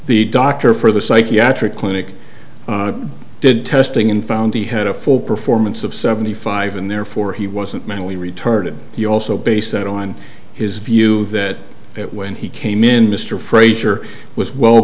the doctor for the psychiatric clinic did testing and found he had a full performance of seventy five and therefore he wasn't mentally retarded he also based that on his view that when he came in mr frazier was well